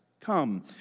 Come